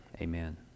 Amen